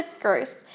gross